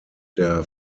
der